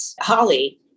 Holly